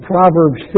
Proverbs